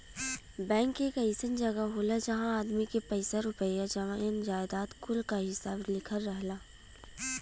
bank एक अइसन जगह होला जहां आदमी के पइसा रुपइया, जमीन जायजाद कुल क हिसाब लिखल रहला